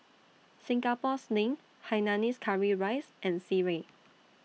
Singapore Sling Hainanese Curry Rice and Sireh